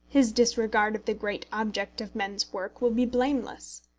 his disregard of the great object of men's work will be blameless.